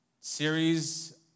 series